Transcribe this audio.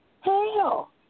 hell